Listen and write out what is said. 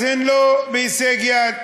הם לא בהישג יד,